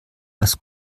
was